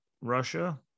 Russia